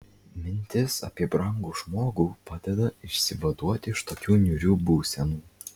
mintis apie brangų žmogų padeda išsivaduoti iš tokių niūrių būsenų